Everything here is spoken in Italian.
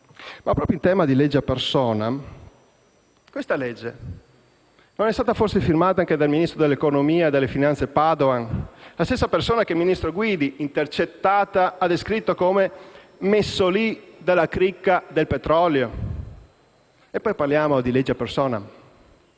Proprio in tema di leggi *ad personam*, questa legge non é stata forse firmata anche dal ministro dell'economia e delle finanze Padoan, la stessa persona che il ministro Guidi, intercettata, ha descritto come «messo lì dalla cricca del petrolio». E poi parliamo di leggi *ad personam*?